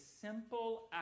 simple